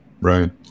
Right